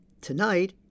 Tonight